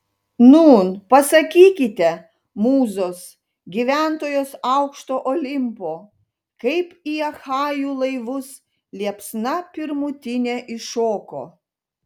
nūn pasakykite mūzos gyventojos aukšto olimpo kaip į achajų laivus liepsna pirmutinė įšoko